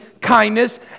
kindness